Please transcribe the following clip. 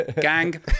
gang